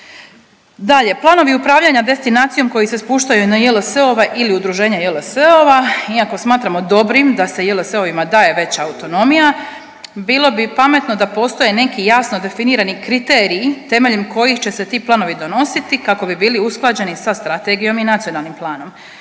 Dalje, planovi upravljanja destinacijom koji se spuštaju na JLS-ove ili udruženja JLS-ova, iako smatramo dobrim da se JLS-ovima daje veća autonomija, bilo bi pametno da postoje neki jasno definirani kriteriji temeljem kojih će se ti planovi donositi kako bi bili usklađeni sa strategijom i nacionalnim planom,